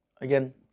again